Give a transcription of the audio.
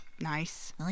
nice